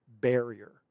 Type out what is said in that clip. Barrier